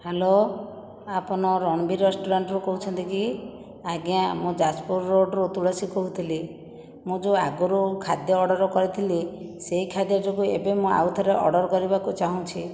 hello ଆପଣ ରନବି ରେଷ୍ଟୁରାଣ୍ଟରୁ କହୁଛନ୍ତି କି ଆଜ୍ଞା ମୁଁ ଯାଜପୁର ରୋଡ଼ରୁ ତୁଳସୀ କହୁଥିଲି ମୁଁ ଯେଉଁ ଆଗରୁ ଖାଦ୍ୟ ଅର୍ଡ଼ର କରିଥିଲି ସେହି ଖାଦ୍ୟ ଯୋଗୁଁ ଏବେ ମୁଁ ଆଉ ଥରେ ଅର୍ଡ଼ର କରିବାକୁ ଚାଁହୁଛି